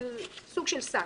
סוג של סנקציות.